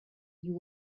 you